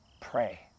pray